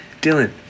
Dylan